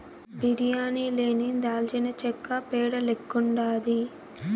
బిర్యానీ లేని దాల్చినచెక్క పేడ లెక్కుండాది